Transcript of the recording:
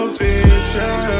picture